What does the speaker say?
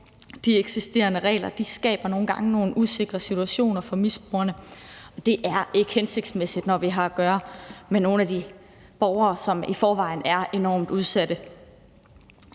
De eksisterende regler skaber nogle gange nogle usikre situationer for misbrugerne, og det er ikke hensigtsmæssigt, når vi har at gøre med nogle af de borgere, som i forvejen er enormt udsatte.